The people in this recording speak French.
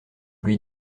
lui